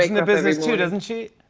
like the business, too, doesn't she?